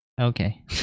Okay